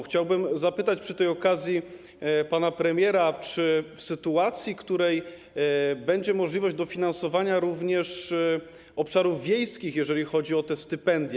Chciałbym zapytać przy tej okazji pana premiera o sytuację, w której będzie możliwość dofinansowania również obszarów wiejskich, jeżeli chodzi o te stypendia.